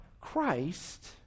Christ